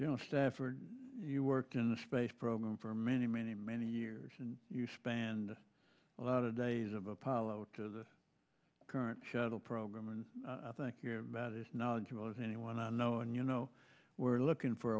you know stafford you worked in the space program for many many many years and you spend a lot of days of apollo to the current shuttle program and i think you're about as knowledgeable as anyone i know and you know we're looking for